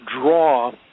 draw